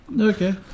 Okay